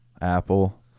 Apple